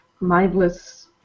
mindless